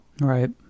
right